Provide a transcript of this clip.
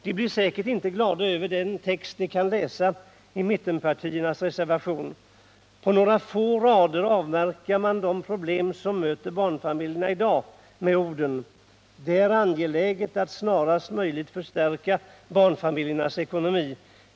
De blir säkert inte glada över den text de kan läsa i mittenpartiernas reservation. På några få rader avverkas de problem som möter barnfamiljerna i dag: det är ”angeläget att snarast möjligt förstärka barnfamiljernas ekonomi.